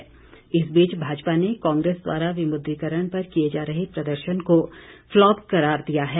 पलटवार इस बीच भाजपा ने कांग्रेस द्वारा विमुद्रीकरण पर किए जा रहें प्रदर्शन को फ्लॉप करार दिया है